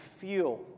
feel